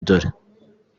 dore